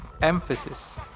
emphasis